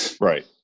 Right